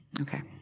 Okay